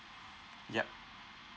yup